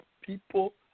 people